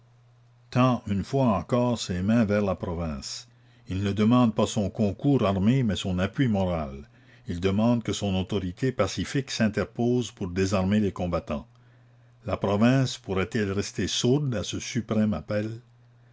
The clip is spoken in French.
tend une fois encore ses mains vers la province il ne demande pas son concours armé mais son appui moral il demande que son autorité pacifique s'interpose pour désarmer les combattants la province pourrait-elle rester sourde à ce suprême appel